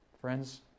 Friends